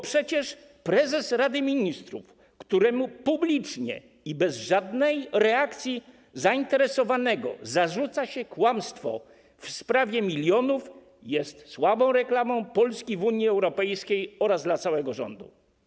Przecież prezes Rady Ministrów, któremu publicznie i bez żadnej reakcji zainteresowanego zarzuca się kłamstwo w sprawie milionów, jest słabą reklamą Polski w Unii Europejskiej oraz całego rządu.